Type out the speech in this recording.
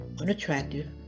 unattractive